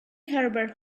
herbert